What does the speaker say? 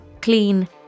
clean